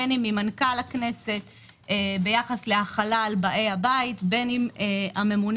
בין אם ממנכ"ל הכנסת ביחס להחלה על באי הבית,